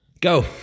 Go